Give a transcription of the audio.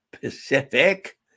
Pacific